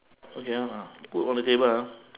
okay ah ah put on the table ah